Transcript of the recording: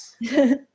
Yes